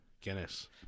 Guinness